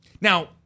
Now